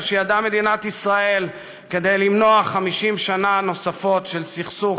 שידעה מדינת ישראל למנוע 50 שנה נוספות של סכסוך,